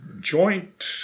joint